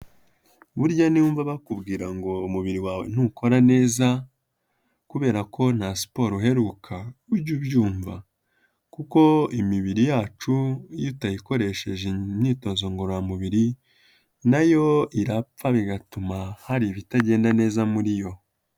Burya niwumva bakubwira ngo umubiri wawe ntukora neza kubera ko nta siporo uheruka, ujye ubyumva. Kuko imibiri yacu iyo utayikoresheje imyitozo ngororamubiri nayo irapfa bigatuma hari ibitagenda neza muri yo.